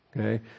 Okay